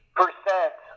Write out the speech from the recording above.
percent